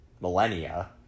millennia